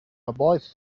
avoid